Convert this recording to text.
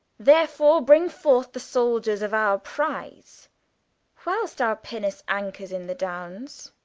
therefore bring forth the souldiers of our prize, for whilst our pinnace anchors in the downes,